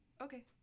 Okay